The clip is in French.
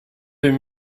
deux